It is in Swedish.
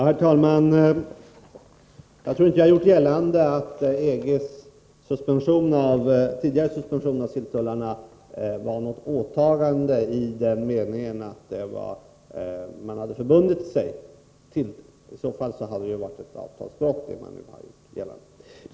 Herr talman! Jag har inte gjort gällande att EG:s tidigare suspension av silltullarna innebar något åtagande i den meningen att man hade iklätt sig en förbindelse — i så fall hade det varit fråga om ett avtalsbrott.